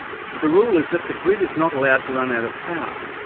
the rule is that the grid is not allowed to run out of power,